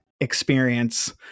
experience